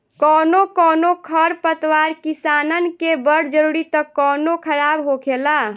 कौनो कौनो खर पतवार किसानन के बड़ जरूरी त कौनो खराब होखेला